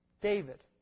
David